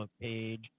page